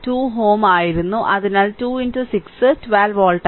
അതിനാൽ 2 6 12 വോൾട്ട്